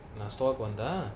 நா:na store கு வந்தா:ku vanthaa